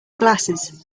glasses